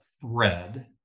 thread